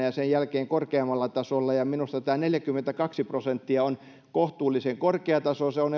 ja sen jälkeen korkeammalla tasolla ja minusta tämä neljäkymmentäkaksi prosenttia on kohtuullisen korkea taso se on